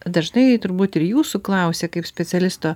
dažnai turbūt ir jūsų klausia kaip specialisto